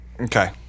Okay